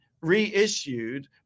reissued